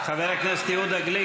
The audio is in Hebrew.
חבר הכנסת יהודה גליק,